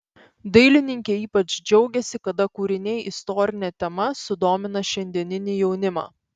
dailininkė ypač džiaugiasi kada kūriniai istorine tema sudomina šiandieninį jaunimą